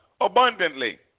abundantly